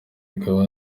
ikaba